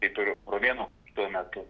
tai turiu romėnų tuo metu